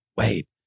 Wait